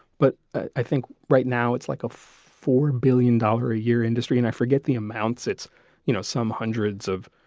but i think right now it's like a four billion dollars a year industry and i forget the amounts. it's you know some hundreds of